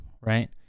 right